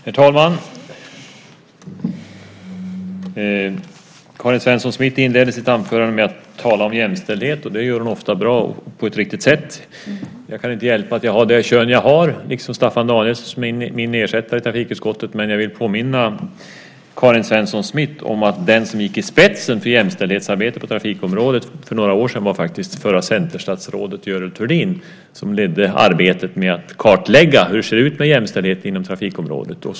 Herr talman! Karin Svensson Smith inledde sitt anförande med att tala om jämställdhet. Det gör hon ofta bra och på ett riktigt sätt. Jag kan inte hjälpa att jag har det kön som jag har, liksom Staffan Danielsson som är min ersättare i trafikutskottet. Men jag vill påminna Karin Svensson Smith om att den som gick i spetsen för jämställdhetsarbetet på trafikområdet för några år sedan faktiskt var det förra centerstatsrådet Görel Thurdin, som ledde arbetet med att kartlägga hur det ser ut med jämställdheten på trafikområdet.